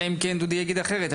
אלא אם כן דודי יגיד אחרת.